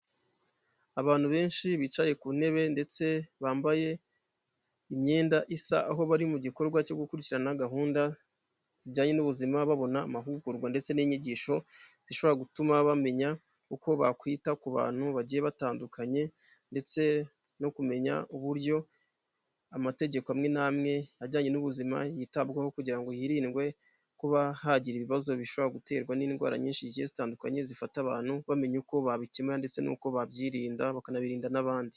Abantu benshi bicaye ku ntebe ndetse bambaye imyenda isa aho bari mu gikorwa cyo gukurikirana gahunda zijyanye n'ubuzima babona amahugurwa ndetse n'inyigisho zishobora gutuma bamenya uko bakwita ku bantu bagiye batandukanye, ndetse no kumenya uburyo amategeko amwe n'amwe ajyanye n'ubuzima yitabwaho kugira ngo hirindwe kuba hagira ibibazo bishobora guterwa n'indwara nyinshi zigiye zitandukanye zifata abantu, bamenya uko babikemura ndetse n'uko babyirinda bakanabirinda n'abandi